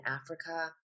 Africa